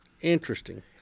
Interesting